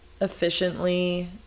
efficiently